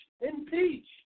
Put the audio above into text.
impeach